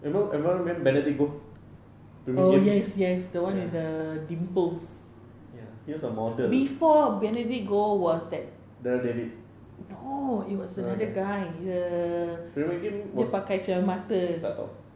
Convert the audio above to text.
you know anyone named benedict goh pyramid game ya ya he was a model dara david dara david pyramid game was tak tahu